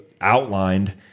outlined